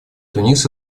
тунис